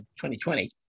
2020